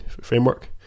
framework